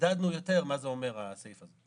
חידדנו יותר מה זה אומר הסעיף זה.